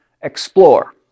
explore